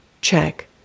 Check